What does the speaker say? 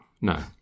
No